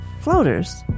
floaters